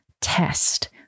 test